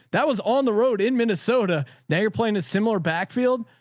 that was on the road in minnesota. they were playing a similar backfield.